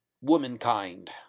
womankind